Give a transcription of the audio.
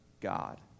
God